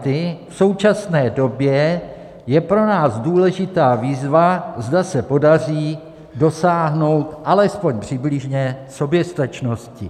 V současné době je pro nás důležitá výzva, zda se podaří dosáhnout alespoň přibližně soběstačnosti.